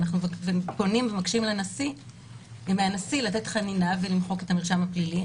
אנחנו פונים ומבקשים מהנשיא לתת חנינה ולמחוק את המרשם הפלילי.